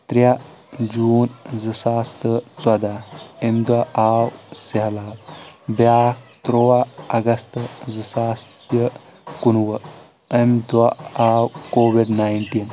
ترٛےٚ جون زٕ ساس تہٕ ژۄدہ امہِ دۄہ آو سہلاب بیاکھ ترٛوہ اگستہٕ زٕ ساس تہٕ کُنوُہ امہِ دۄہ آو کووِڈ ناینٹیٖن